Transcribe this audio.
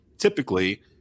Typically